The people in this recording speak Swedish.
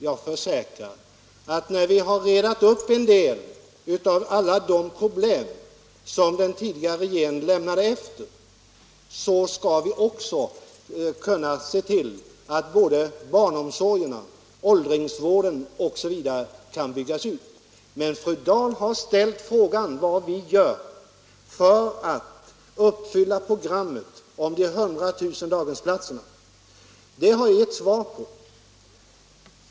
Jag försäkrar, fru Dahl, att när vi rett upp en 57 del av alla de problem som den tidigare regeringen lämnade efter sig skall vi också se till att barnomsorg, åldringsvård osv. kan byggas ut. Fru Dahl har ställt frågan vad vi gör för att uppfylla det program som omfattar 100 000 daghemsplatser. Den frågan har jag gett svar på.